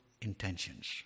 intentions